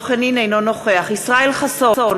נגד ישראל חסון,